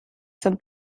zum